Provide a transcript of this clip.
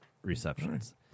Receptions